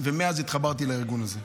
ומאז התחברתי לארגון הזה.